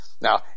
Now